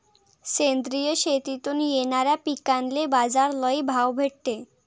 सेंद्रिय शेतीतून येनाऱ्या पिकांले बाजार लई भाव भेटते